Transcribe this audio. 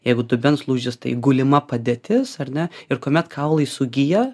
jeigu dubens lūžis tai gulima padėtis ar ne ir kuomet kaulai sugija